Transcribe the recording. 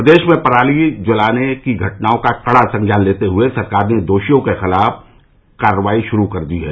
प्रदेश में पराली जलाये जाने की घटनाओं का कड़ा संज्ञान लेते हए सरकार ने दोषियों के खिलाफ कार्रवाई शुरू कर दी है